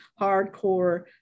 hardcore